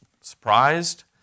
surprised